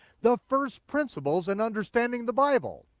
the first principles in understanding the bible.